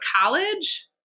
college